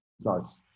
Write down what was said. starts